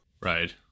Right